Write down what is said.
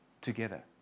together